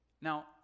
Now